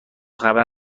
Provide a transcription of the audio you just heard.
خبر